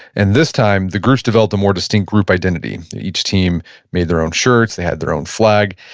and this time, the groups developed a more distinct group identity. each team made their own shirts. they had their own flag.